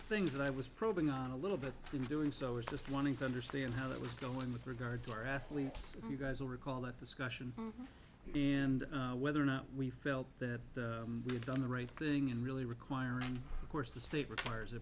things that i was probing on a little bit in doing so was just wanting to understand how it was going with regard to our athletes you guys will recall that discussion and whether or not we felt that we had done the right thing in really requiring of course the state requires